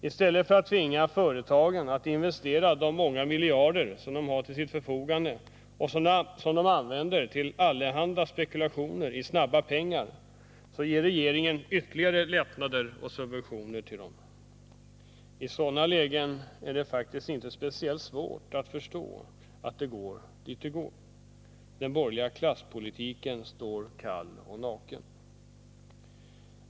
I stället för att tvinga företagen att investera de många miljarder som de har till sitt förfogande och som de använder till allehanda spekulationer i snabba pengar ger regeringen ytterligare lättnader och subventioner till företagen. I sådana lägen är det faktiskt inte speciellt svårt att förstå att det går som det går. Den borgerliga klasspolitiken står kall och naken.